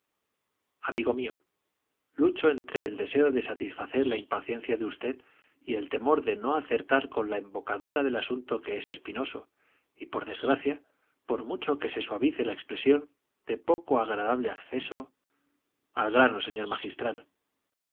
amigo mío lucho entre el deseo de satisfacer la impaciencia de usted y el temor de no acertar con la embocadura del asunto que es espinoso y por desgracia por mucho que se suavice la expresión de poco agradable acceso al grano señor magistral